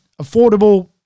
affordable